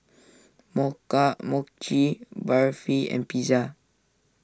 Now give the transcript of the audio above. Mocha Mochi Barfi and Pizza